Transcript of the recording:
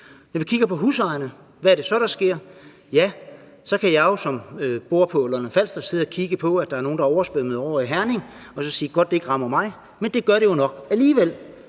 hvad er det så, der sker? Ja, så kan jeg jo, som bor på Lolland-Falster, sidde og kigge på, at der er nogle, der er oversvømmet ovre i Herning, og sige: Godt, det ikke rammer mig. Men det gør det jo nok alligevel,